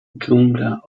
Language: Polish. dżungla